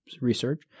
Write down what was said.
research